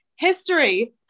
history